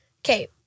Okay